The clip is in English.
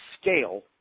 scale